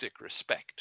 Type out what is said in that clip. respect